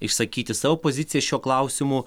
išsakyti savo poziciją šiuo klausimu